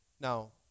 Now